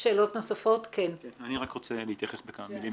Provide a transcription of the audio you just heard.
אני רק רוצה להתייחס בכמה מלים.